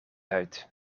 uit